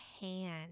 hand